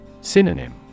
Synonym